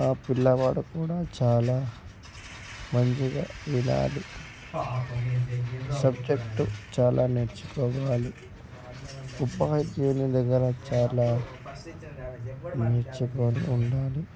ఆ పిల్లవాడు కూడా చాలా మంచిగా వినాలి సబ్జెక్టు చాలా నేర్చుకోవాలి ఉపాధ్యాయుని దగ్గర చాలా నేర్చుకొని ఉండాలి